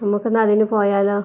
നമുക്ക് ഒന്നതിന് പോയാലോ